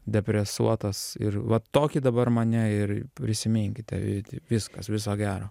depresuotas ir vat tokį dabar mane ir prisiminkite i ti viskas viso gero